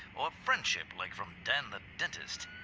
or friendship, like from dan the dentist?